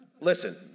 Listen